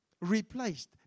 replaced